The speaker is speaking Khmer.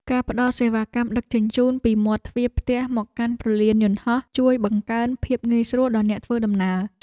ការផ្តល់សេវាកម្មដឹកជញ្ជូនពីមាត់ទ្វារផ្ទះមកកាន់ព្រលានយន្តហោះជួយបង្កើនភាពងាយស្រួលដល់អ្នកធ្វើដំណើរ។